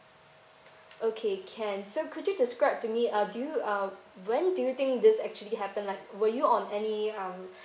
okay can so could you describe to me uh do you uh when do you think this actually happen like were you on any ah